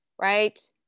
right